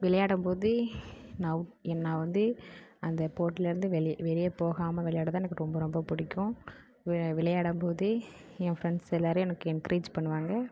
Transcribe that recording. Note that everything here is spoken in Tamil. விளையாடும் போது நான் நான் வந்து அந்த போட்டியில் இருந்து வெளியே வெளியே போகாமல் விளையாட தான் எனக்கு ரொம்ப ரொம்ப பிடிக்கும் விளையாடும் போது என் ஃப்ரெண்ட்ஸ் எல்லாேரும் எனக்கு என்கிரேஜ் பண்ணுவாங்க